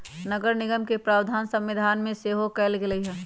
नगरनिगम के प्रावधान संविधान में सेहो कयल गेल हई